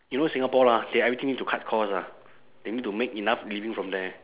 you know singapore lah they everything need to cut cost ah they need to make enough living from there